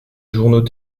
journaux